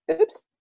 oops